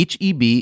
HEB